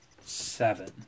seven